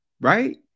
Right